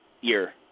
year